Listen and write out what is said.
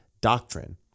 doctrine